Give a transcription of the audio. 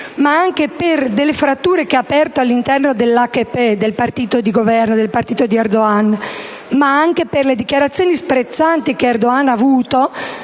sia per delle fratture che ha aperto all'interno dell'AKP (il partito di governo, di Erdogan) e per le dichiarazioni sprezzanti che Erdogan ha avuto